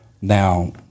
Now